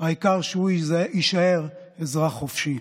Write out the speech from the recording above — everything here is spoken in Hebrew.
העיקר שהוא יישאר אזרח חופשי.